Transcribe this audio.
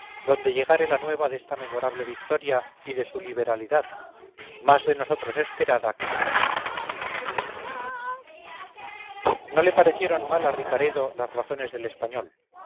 donde llegare la nueva desta memorable victoria y de su liberalidad más de nosotros esperada que temida no le precieron mal a ricaredo las razones del español